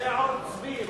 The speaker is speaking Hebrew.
זה עור צבי.